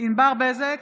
ענבר בזק,